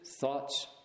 Thoughts